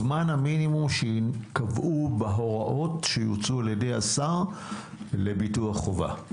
זמן המינימום שקבעו בהוראות שיוצאו על ידי השר לביטוח חובה.